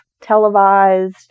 televised